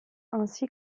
ainsi